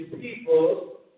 people